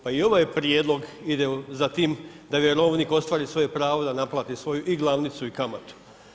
Pa i ovaj prijedlog ide za time da vjerovnik ostvari svoje pravo da naplati svoju i glavnicu i kamatu.